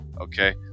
Okay